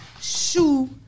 shoe